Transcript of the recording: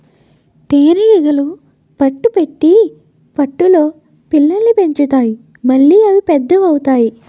తేనీగలు పట్టు పెట్టి పట్టులో పిల్లల్ని పెంచుతాయి మళ్లీ అవి పెద్ద అవుతాయి